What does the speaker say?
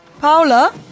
Paula